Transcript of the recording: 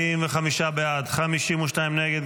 45 בעד, 52 נגד.